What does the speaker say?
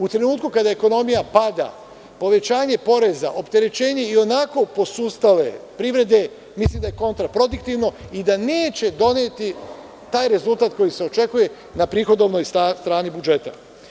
U trenutku kada ekonomija pada, povećanje poreza, opterećenje i onako posustale privrede, mislim da je kontraproduktivno i da neće doneti taj rezultat koji se očekuje na prihodovnoj strani budžeta.